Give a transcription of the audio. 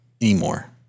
anymore